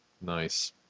nice